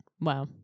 wow